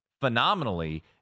phenomenally